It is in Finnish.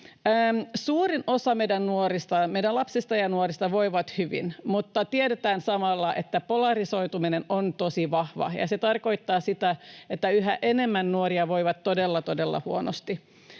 Suurin osa meidän lapsista ja nuorista voi hyvin, mutta tiedetään samalla, että polarisoituminen on tosi vahvaa, ja se tarkoittaa sitä, että on yhä enemmän nuoria, jotka voivat todella, todella